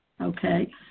Okay